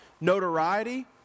notoriety